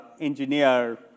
engineer